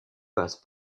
bases